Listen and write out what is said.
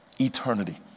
Eternity